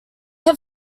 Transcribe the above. have